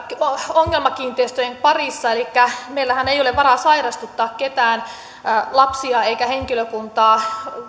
ongelmakiinteistöjen parissa elikkä meillähän ei ole varaa sairastuttaa ketään ei lapsia eikä henkilökuntaa